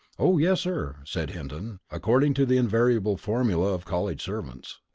oh yes, sir, said hinton, according to the invariable formula of college servants.